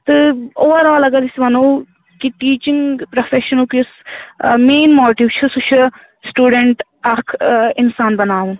تہٕ overall اگر أسۍ وَنو کہِ ٹیٖچِنٛگ پرٛوفیشنُک یُس مین ماٹِو چھُ سُہ چھُ سٹوٗڈنٛٹ اَکھ اِنسان بَناوُن